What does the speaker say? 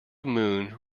moon